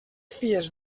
fies